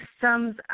sums